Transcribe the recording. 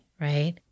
right